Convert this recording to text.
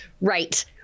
Right